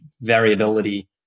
variability